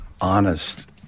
honest